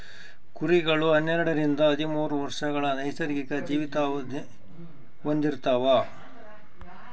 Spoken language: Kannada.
ಕುರಿಗಳು ಹನ್ನೆರಡರಿಂದ ಹದಿಮೂರು ವರ್ಷಗಳ ನೈಸರ್ಗಿಕ ಜೀವಿತಾವಧಿನ ಹೊಂದಿರ್ತವ